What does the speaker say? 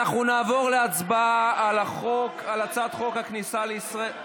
אנחנו נעבור להצבעה על הצעת חוק הכניסה לישראל,